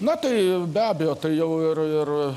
na tai be abejo tai jau ir ir